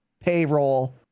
payroll